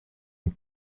une